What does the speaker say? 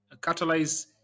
catalyze